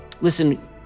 Listen